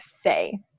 say